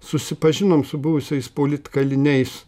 susipažinom su buvusiais politkaliniais